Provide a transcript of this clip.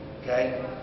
Okay